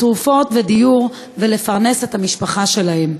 תרופות ודיור ולפרנס את המשפחה שלהם.